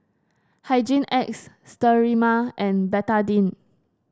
Hygin X Sterimar and Betadine